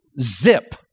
Zip